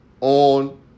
on